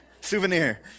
Souvenir